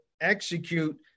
execute